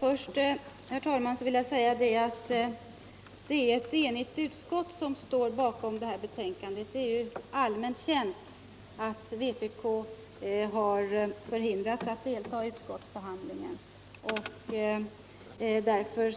Herr talman! Jag vill börja med att beröra det faktum att det är et enigt utskotl som står bakom-det här betänkandet. Det är allmänm känm att vpk har förhindrats att delta i utskottsbehandlingen. Därför